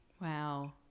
Wow